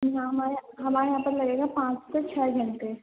جی ہاں ہمارے ہمارے یہاں پر لگے گا پانچ سے چھ گھنٹے